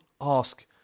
ask